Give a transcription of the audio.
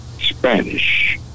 Spanish